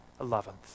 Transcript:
eleventh